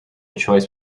choice